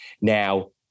Now